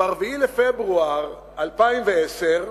ב-4 בפברואר 2010,